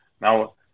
Now